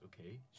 okay